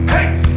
Hate